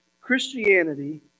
Christianity